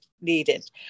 needed